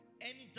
Anytime